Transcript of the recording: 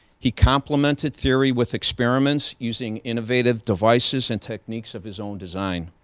he complimented theory with experiments using innovative devices and techniques of his own design.